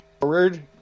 forward